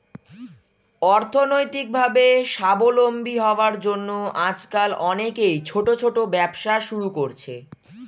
অর্থনৈতিকভাবে স্বাবলম্বী হওয়ার জন্য আজকাল অনেকেই ছোট ছোট ব্যবসা শুরু করছে